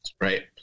right